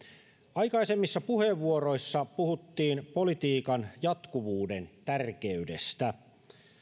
aikaisemmissa puheenvuoroissa puhuttiin politiikan jatkuvuuden tärkeydestä